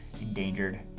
endangered